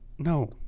No